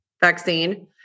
vaccine